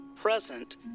present